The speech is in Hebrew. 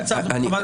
לא.